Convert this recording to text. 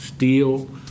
Steel